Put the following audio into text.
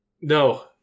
No